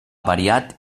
variat